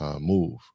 move